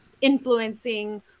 influencing